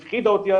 היא הפחידה אותי,